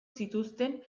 zituzten